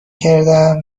کردم